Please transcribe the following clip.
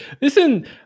Listen